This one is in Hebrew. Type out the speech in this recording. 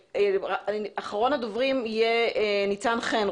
אחרון הדוברים יהיה ניצן חן,